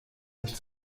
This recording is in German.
nicht